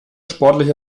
sportliche